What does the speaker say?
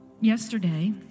Yesterday